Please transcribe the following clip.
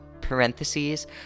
parentheses